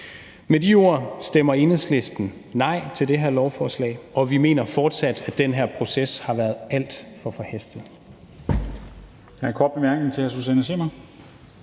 Med de ord stemmer Enhedslisten nej til det her lovforslag, og vi mener fortsat, at den her proces har været alt for forhastet.